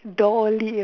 doggy